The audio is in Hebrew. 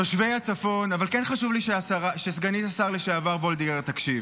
אבל כן חשוב לי שסגנית השר לשעבר וולדיגר תקשיב.